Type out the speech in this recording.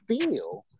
feel